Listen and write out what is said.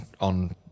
on